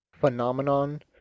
phenomenon